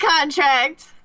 contract